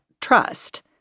trust